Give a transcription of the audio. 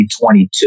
2022